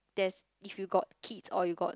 there's if you got kids or you got